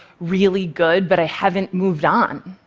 really good, but i haven't moved on.